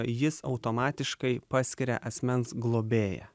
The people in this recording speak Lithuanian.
jis automatiškai paskiria asmens globėją